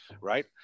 right